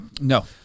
No